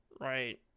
Right